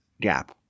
gap